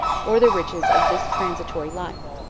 or the riches of this transitory life.